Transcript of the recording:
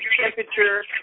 temperature